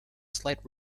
slight